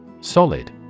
Solid